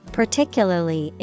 particularly